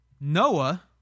Noah